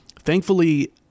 thankfully